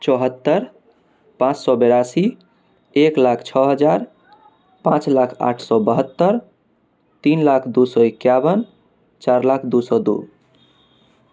चौहत्तरि पाँच सए बेरासी एक लाख छओ हजार पाँच लाख आठ औ बहत्तरि तीन लाख दू सए इक्यावन चारि लाख दू सए दू